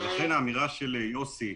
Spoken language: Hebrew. לכן האמירה של יוסי,